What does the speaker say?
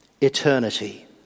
Eternity